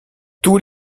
tous